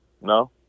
No